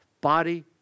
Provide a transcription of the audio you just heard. body